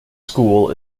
school